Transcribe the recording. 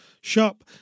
shop